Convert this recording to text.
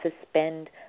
suspend